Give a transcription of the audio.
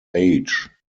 age